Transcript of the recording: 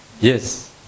Yes